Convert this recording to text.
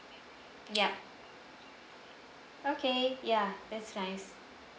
yup okay ya that's nice